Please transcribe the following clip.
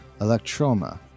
Electroma